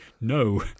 no